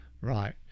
Right